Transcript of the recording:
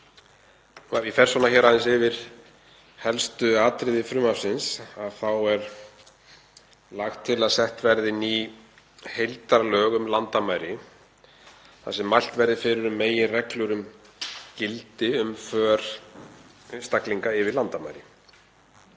212. Ef ég fer aðeins yfir helstu atriði frumvarpsins þá er lagt til að sett verði ný heildarlög um landamæri þar sem mælt verði fyrir um meginreglur er gildi um för einstaklinga yfir landamæri.